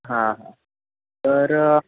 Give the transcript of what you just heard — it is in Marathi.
हां हां तर